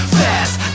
fast